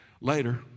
later